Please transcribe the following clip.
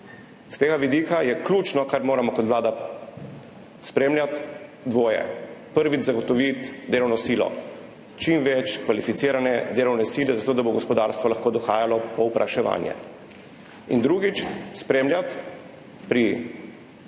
S tega vidika je ključno, kar moramo kot vlada spremljati, dvoje. Prvič: zagotoviti delovno silo, čim več kvalificirane delovne sile, zato da bo gospodarstvo lahko dohajalo povpraševanje. In drugič: spremljati pri